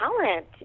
talent